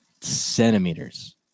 centimeters